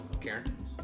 Karen